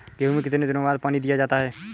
गेहूँ में कितने दिनों बाद पानी दिया जाता है?